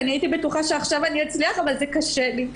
הייתי בטוחה שעכשיו אני אצליח אבל זה קשה לי.